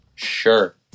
Sure